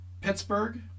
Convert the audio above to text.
Pittsburgh